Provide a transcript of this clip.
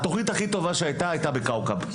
התוכנית הכי טובה שהייתה, הייתה בכאוכב.